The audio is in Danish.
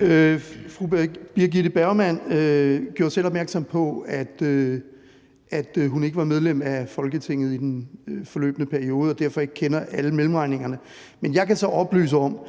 (EL): Fru Birgitte Bergman gjorde selv opmærksom på, at hun ikke var medlem af Folketinget i den forløbne periode og derfor ikke kender alle mellemregningerne. Men jeg kan så oplyse om,